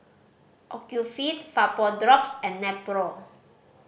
Ocuvite Vapodrops and Nepro